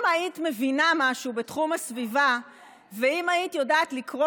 אם היית מבינה משהו בתחום הסביבה ואם היית יודעת לקרוא